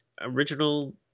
original